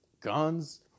guns